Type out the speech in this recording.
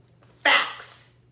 Facts